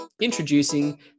Introducing